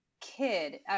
kid